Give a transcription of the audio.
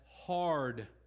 hard